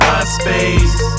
MySpace